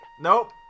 Nope